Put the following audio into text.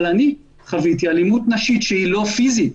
אבל אני חוויתי אלימות נשית שהיא לא פיזית,